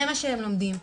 זה מה שהם לומדים.